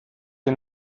den